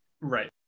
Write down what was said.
Right